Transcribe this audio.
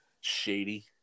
shady